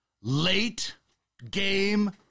late-game